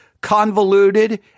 convoluted